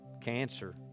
cancer